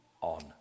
on